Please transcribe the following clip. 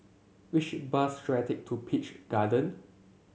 which bus should I take to Peach Garden